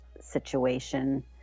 situation